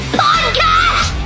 podcast